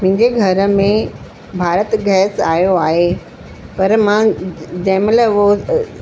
मुंहिंजे घर में भारत गैस आहियो आहे पर मां जंहिं महिल हुओ